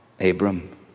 Abram